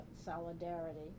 solidarity